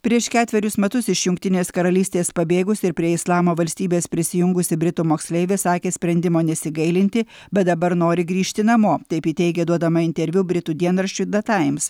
prieš ketverius metus iš jungtinės karalystės pabėgusi ir prie islamo valstybės prisijungusi britų moksleivė sakė sprendimo nesigailinti bet dabar nori grįžti namo taip ji teigė duodama interviu britų dienraščiui da taims